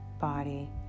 body